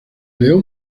león